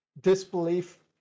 disbelief